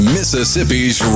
Mississippi's